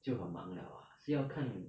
就很忙 liao ah 是要看